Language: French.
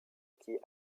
quai